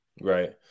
Right